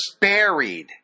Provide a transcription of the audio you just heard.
buried